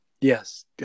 Yes